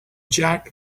jack